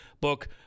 book